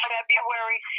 February